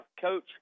Coach